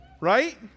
Right